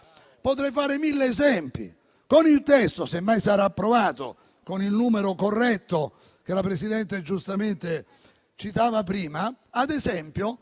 Potrei fare mille esempi. Con il testo, se mai sarà approvato, con il numero corretto che la Presidente giustamente citava prima, ad esempio